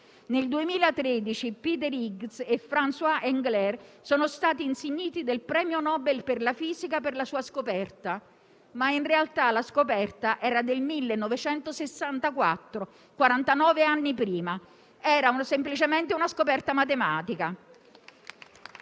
Nel 2013 Peter Higgs e François Englert sono stati insigniti del premio Nobel per la fisica per la scoperta, che in realtà era del 1964, quarantanove anni prima: era semplicemente una scoperta matematica.